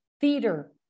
theater